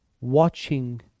watching